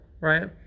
right